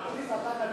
אקוניס, אתה נביא?